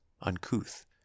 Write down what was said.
uncouth